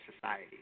society